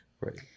Right